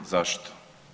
Zašto?